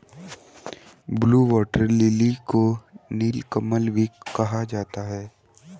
blue water lily को नीलकमल भी कहा जाता है